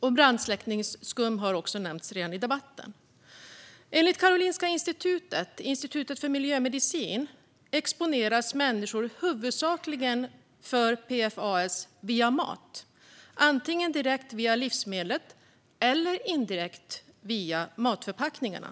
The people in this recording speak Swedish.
Även brandsläckningsskum har nämnts i debatten. Enligt Institutet för miljömedicin vid Karolinska institutet exponeras människor huvudsakligen för PFAS via mat, antingen direkt via livsmedlet eller indirekt via matförpackningarna.